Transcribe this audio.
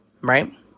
right